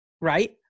right